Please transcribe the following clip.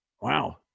Wow